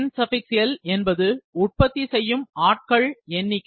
NL என்பது உற்பத்தி செய்யும் ஆட்களின் எண்ணிக்கை